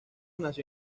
nació